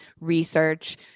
research